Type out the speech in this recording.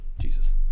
Jesus